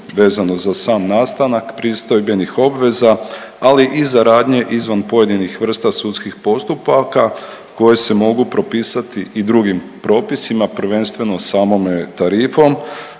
vezano za sam nastanak pristojbenih obveza, ali i za radnje izvan pojedinih vrsta sudskih postupaka koje se mogu propisati i drugim propisima, prvenstveno samome tarifom,